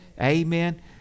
Amen